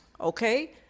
okay